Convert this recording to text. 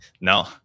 No